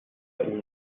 اون